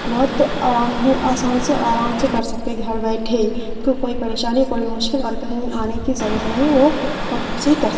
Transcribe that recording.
بہت آرام آسان سے اور آرام سے کر سکتے گھر بیٹھے کیونکہ کوئی پریشانی کوئی مشکل اور کہیں آنے کی ضرورت نہیں ہے وہ لیپ ٹاپ سے ہی کر سک